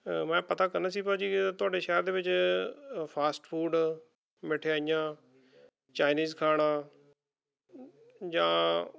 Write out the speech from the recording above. ਮੈਂ ਪਤਾ ਕਰਨਾ ਸੀ ਭਾਅ ਜੀ ਤੁਹਾਡੇ ਸ਼ਹਿਰ ਦੇ ਵਿੱਚ ਫਾਸਟ ਫੂਡ ਮਠਿਆਈਆਂ ਚਾਈਨੀਜ਼ ਖਾਣਾ ਜਾਂ